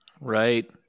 Right